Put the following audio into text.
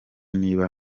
niba